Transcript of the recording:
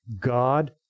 God